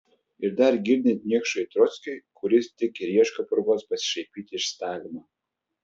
ir dar girdint niekšui trockiui kuris tik ir ieško progos pasišaipyti iš stalino